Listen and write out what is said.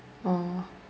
oh